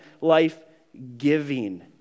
life-giving